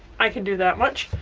i can do that much.